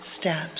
steps